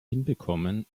hinbekommen